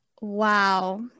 Wow